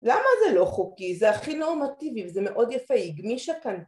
למה זה לא חוקי? זה הכי נורמטיבי וזה מאוד יפה...